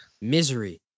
Misery